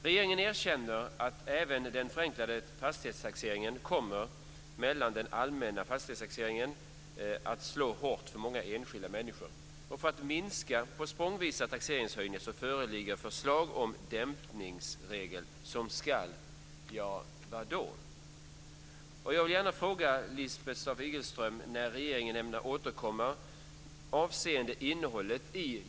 Regeringen erkänner att även den förenklade fastighetstaxeringen kan komma att slå hårt mot många enskilda människor. För att minska på språngvisa taxeringshöjningar föreligger förslag om dämpningsregler som ska - ja, vad då?